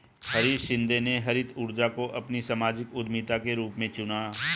हरीश शिंदे ने हरित ऊर्जा को अपनी सामाजिक उद्यमिता के रूप में चुना है